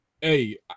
Hey